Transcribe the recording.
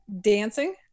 dancing